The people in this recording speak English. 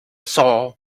saw